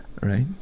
right